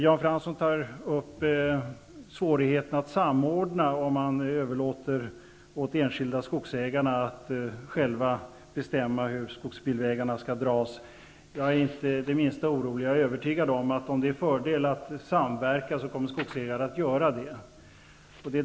Jan Fransson tar upp svårigheten att samordna, när man överlåter åt enskilda skogsägare själva att bestämma hur skogsbilvägarna skall dras. Jag är inte det minsta orolig. Jag är övertygad om att om det är en fördel att samverka så kommer skogsägarna att göra det.